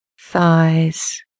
thighs